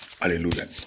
hallelujah